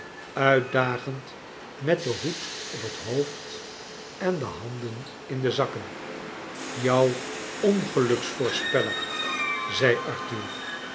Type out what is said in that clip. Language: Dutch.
uitdagend met den hoed op het hoofd en de handen in de zakken jou ongelukvoorspeller zei arthur